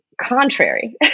contrary